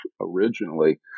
originally